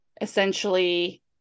essentially